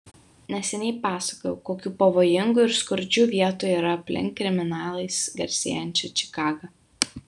neseniai pasakojau kokių pavojingų ir skurdžių vietų yra aplink kriminalais garsėjančią čikagą